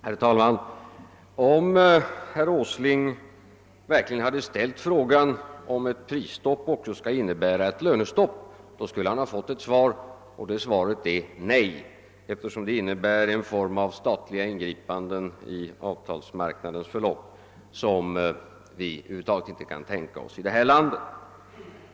" Herr talman! Om herr Åsling verkligen' hade ställt frågan, huruvida ett prisstopp också skall innebära ett lönestöpp, skulle han ha fått ett svar, och det 'svaret hade varit nej, eftersom detta skulle vara en form av statligt ingripande på arbetsmarknaden som vi över huvud taget inte kan tänka oss i detta land.